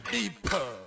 Deeper